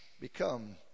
become